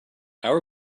our